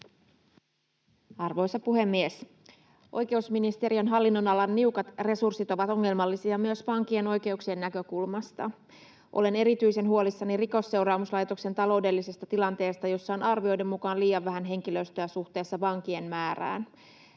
Arvoisa puhemies! Oikeusministeriön hallinnonalan niukat resurssit ovat ongelmallisia myös vankien oikeuksien näkökulmasta. Olen erityisen huolissani Rikosseuraamuslaitoksen taloudellisesta tilanteesta, jossa on arvioiden mukaan liian vähän henkilöstöä suhteessa vankien määrään.